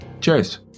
Cheers